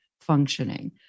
functioning